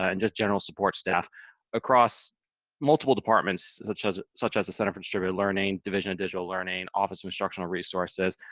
and just general support staff across multiple departments such as such as the center for distributed learning, division of digital learning, office of instructional resources,